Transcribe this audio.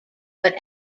but